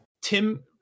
Tim